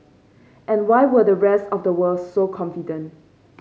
and why were the rest of the world so confident